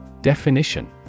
Definition